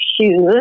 shoes